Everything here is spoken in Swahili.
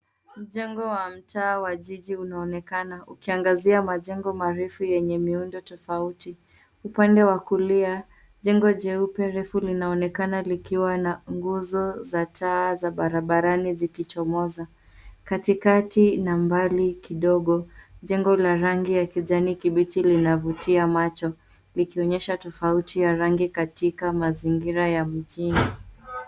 Mjengo wa mtaa wa jiji unaonekana, ukiangazia majengo marefu yenye miundo tofauti. Upande wa kulia, jengo jeupe refu linaonekana likiwa na nguzo za taa za barabarani zikichomoza. Katikati na mbali kidogo, jengo la rangi ya kijani kibichi linavutia macho, likionyesha tofauti ya rangi katika mazingira ya mjini.